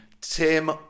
Tim